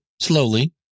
slowly